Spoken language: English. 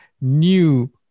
new